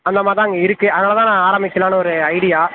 அந்த மாதிரி தான் அங்கே இருக்குது அதனால் தான் நான் ஆரமிக்கலாம்னு ஒரு ஐடியா